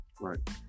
right